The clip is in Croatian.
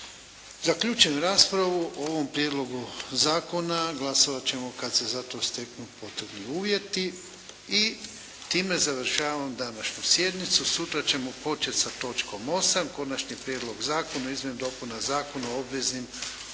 Zaključujem raspravu o ovom prijedlogu zakona. Glasovat ćemo kad se za to steknu potrebni uvjeti i time završavam današnju sjednicu. Sutra ćemo početi sa točkom 8. Konačni prijedlog zakona o izmjenama i dopunama Zakona o obveznim